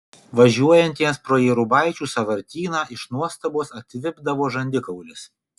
važiuojantiems pro jėrubaičių sąvartyną iš nuostabos atvipdavo žandikaulis